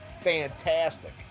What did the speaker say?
fantastic